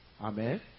Amen